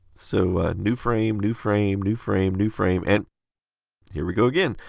so, new frame, new frame, new frame, new frame, and here we go again,